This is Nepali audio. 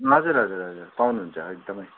हजुर हजुर हजुर पाउनु हुन्छ एकदम